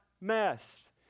mess